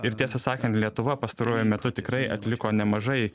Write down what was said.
ir tiesą sakant lietuva pastaruoju metu tikrai atliko nemažai